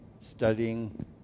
studying